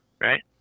right